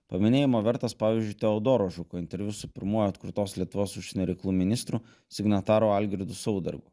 paminėjimo vertas pavyzdžiui teodoro žuko interviu su pirmuoju atkurtos lietuvos užsienio reikalų ministru signataru algirdu saudargu